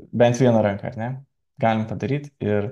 bent vieną ranką ar ne galim padaryt ir